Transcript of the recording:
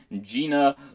Gina